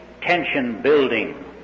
tension-building